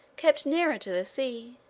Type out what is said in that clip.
kept nearer to the sea.